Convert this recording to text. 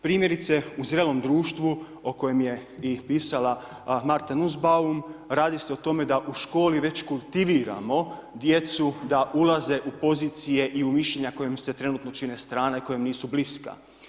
Primjerice u zrelom društvu o kojem je i pisala Marta Nussbaum, radi se o tome da u školi već kultiviramo djecu da ulaze u pozicije i u mišljenja koja im se trenutno čine strana i koja im nisu bliska.